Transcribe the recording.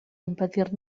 impedir